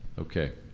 okay,